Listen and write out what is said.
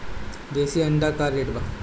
देशी अंडा का रेट बा?